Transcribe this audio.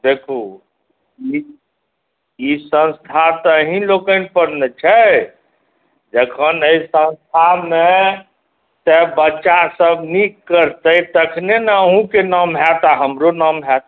देखु ई संस्था तऽ अहींँ लोकनि पर ने छै जखन एहि संस्थामे चाहे बच्चा सभ नीक करतै तऽ तखने अहुँके नाम होयत आ हमरो नाम होयत